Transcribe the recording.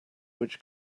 which